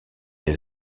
les